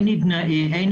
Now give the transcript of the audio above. אין